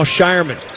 Shireman